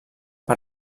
per